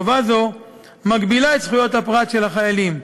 חובה זו מגבילה את זכויות הפרט של החיילים,